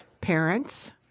parents